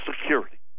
Security